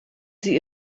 sie